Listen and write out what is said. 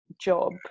job